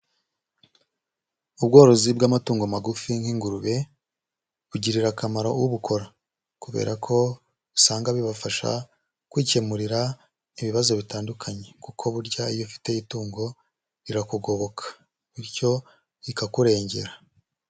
Ubworozi bw'amatungo magufi nk'ingurube, bugirira akamaro ubukora kubera ko usanga bibafasha kwikemurira ibibazo bitandukanye kuko burya iyo ufite itungo rirakugoboka bityo rikakurengera.